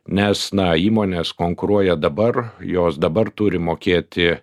nes na įmonės konkuruoja dabar jos dabar turi mokėti